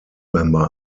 member